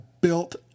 built